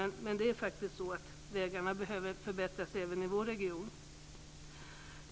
Vägarna behöver faktiskt förbättras även i vår region.